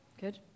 Good